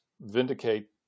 vindicate